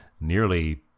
nearly